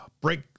Break